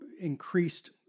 increased